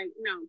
no